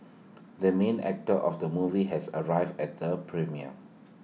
the main actor of the movie has arrived at the premiere